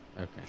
Okay